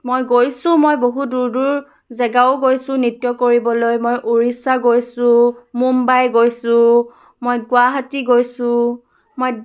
মই গৈছোঁ মই বহুত দূৰ দূৰ জেগাও গৈছোঁ নৃত্য কৰিবলৈ মই উৰিষ্যা গৈছোঁ মুম্বাই গৈছোঁ মই গুৱাহাটী গৈছোঁ মই